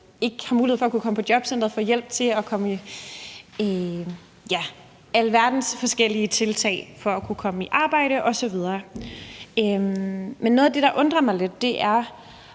ikke har mulighed for at komme på jobcenteret og få hjælp til at komme med i alverdens forskellige tiltag for at kunne komme i arbejde osv. Men noget af det, der undrer mig lidt, er